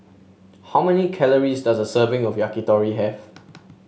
how many calories does a serving of Yakitori have